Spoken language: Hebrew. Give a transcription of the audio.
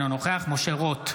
אינו נוכח משה רוט,